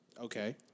Okay